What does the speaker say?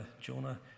Jonah